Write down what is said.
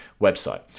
website